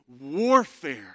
warfare